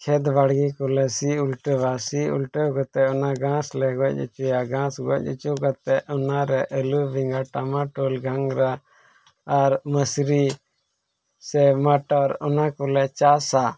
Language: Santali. ᱠᱷᱮᱛ ᱵᱟᱲᱜᱮ ᱠᱚᱞᱮ ᱥᱤ ᱩᱞᱴᱟᱹᱣᱟ ᱥᱤ ᱩᱞᱴᱟᱹᱣ ᱠᱟᱛᱮᱫ ᱚᱱᱟ ᱜᱷᱟᱸᱥ ᱞᱮ ᱜᱚᱡ ᱦᱚᱪᱚᱭᱟ ᱜᱷᱟᱸᱥ ᱜᱚᱡ ᱦᱚᱪᱚ ᱠᱟᱛᱮᱫ ᱚᱱᱟ ᱨᱮ ᱟᱹᱞᱩ ᱵᱮᱸᱜᱟᱲ ᱴᱚᱢᱟᱴᱚᱨ ᱜᱷᱟᱸᱜᱽᱨᱟ ᱟᱨ ᱢᱟᱹᱥᱨᱤ ᱥᱮ ᱢᱚᱴᱚᱨ ᱚᱱᱟ ᱠᱚᱞᱮ ᱪᱟᱥᱟ